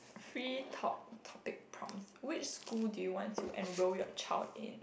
free talk topic prompts which school do you want to enroll your child in